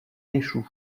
échoue